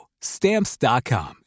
Stamps.com